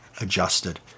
adjusted